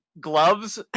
Gloves